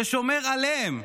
ששומר עליהם.